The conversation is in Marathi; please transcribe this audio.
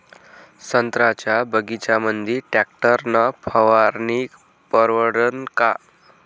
संत्र्याच्या बगीच्यामंदी टॅक्टर न फवारनी परवडन का?